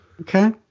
Okay